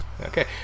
Okay